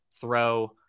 throw